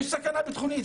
יש סכנה ביטחונית?